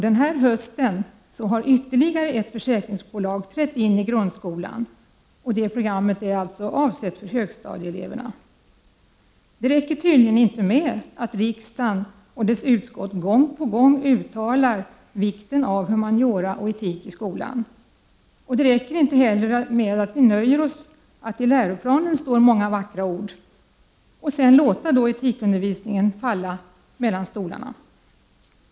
Denna höst har ytterligare ett försäkringsbolag trätt in i grundskolan med ett program för högstadieeleverna. Det räcker tydligen inte med att riksdagen och dess utskott gång på gång betonar vikten av undervisning i skolan i humaniora och etik. Det räcker heller inte med att det i läroplanen står många vackra ord, om vi sedan låter etikundervisningen falla mellan stolarna.